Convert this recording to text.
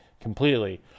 completely